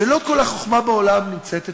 שלא כל החוכמה בעולם נמצאת אצלנו.